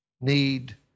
need